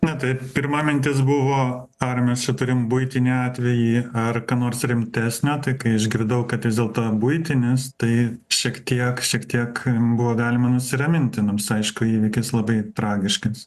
na tai pirma mintis buvo ar mes čia turim buitinį atvejį ar ką nors rimtesnio tai kai išgirdau kad vis dėlto buitinis tai šiek tiek šiek tiek buvo galima nusiraminti nors aišku įvykis labai tragiškas